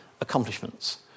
accomplishments